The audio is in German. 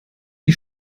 die